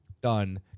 done